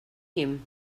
him